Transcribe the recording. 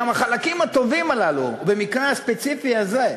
גם החלקים הטובים הללו במקרה הספציפי הזה,